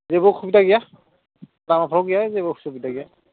जेबो उसुबिदा गैया लामाफ्राव गैया जेबो उसुबिदा गैया